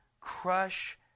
crush